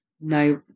no